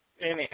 anyhow